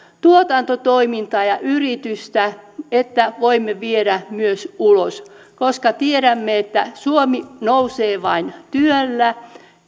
tuotantotoimintaa ja yritystä että voimme viedä myös ulos koska tiedämme että suomi nousee vain työllä